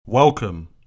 Welcome